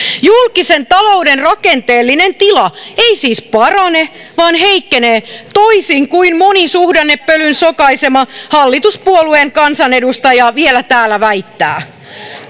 julkisen talouden rakenteellinen tila ei siis parane vaan heikkenee toisin kuin moni suhdannepölyn sokaisema hallituspuolueen kansanedustaja vielä täällä väittää